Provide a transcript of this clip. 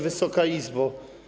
Wysoka Izbo!